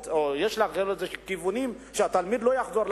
או יכולת לגרום לכך שהתלמיד לא יחזור,